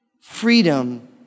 freedom